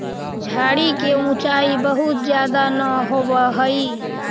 झाड़ि के ऊँचाई बहुत ज्यादा न होवऽ हई